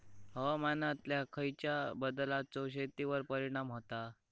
हवामानातल्या खयच्या बदलांचो शेतीवर परिणाम होता?